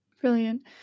Brilliant